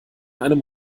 einem